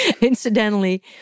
incidentally